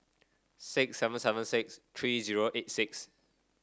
six seven seven six three zero eight six